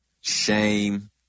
shame